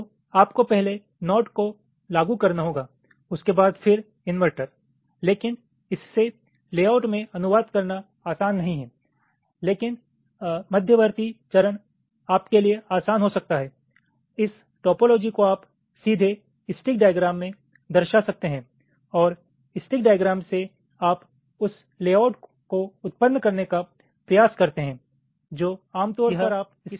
तो आपको पहले नॉट को लागू करना होगा उसके बाद फिर इन्वर्टर लेकिन इससे लेआउट में अनुवाद करना आसान नहीं है लेकिन मध्यवर्ती चरण आपके लिए आसान हो सकता है इस टोपोलॉजी को आप सीधे स्टिक डाईग्राम में मैप कर सकते हैं और स्टिक डाईग्राम से आप उस लेआउट को उत्पन्न करने का प्रयास करते हैं जो आम तौर पर आप इस रूप में देखते हैं